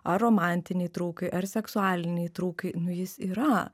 ar romantinei traukai ar seksualinei traukai nu jis yra